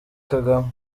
kagame